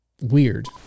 Weird